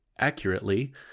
accurately